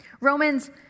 Romans